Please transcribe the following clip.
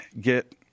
get –